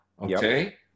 Okay